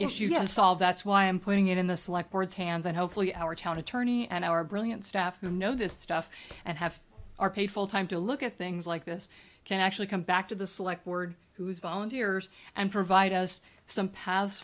issue to solve that's why i'm putting it in the select words hands and hopefully our town attorney and our brilliant staff who know this stuff and have our pay full time to look at things like this can actually come back to the select word who is volunteers and provide us some pa